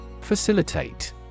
Facilitate